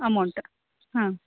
amount ಹಾಂ